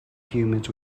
humans